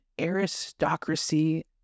aristocracy